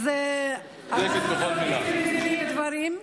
אנחנו יודעים ומבינים דברים.